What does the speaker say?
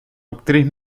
actriz